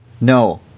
No